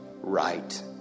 right